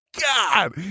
God